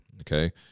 okay